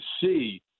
see